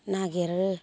नागिरो